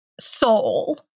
soul